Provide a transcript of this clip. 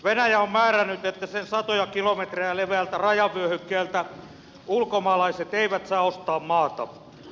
venäjä on määrännyt että sen satoja kilometrejä leveältä rajavyöhykkeeltä ulkomaalaiset eivät saa ostaa maata